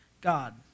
God